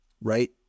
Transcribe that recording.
right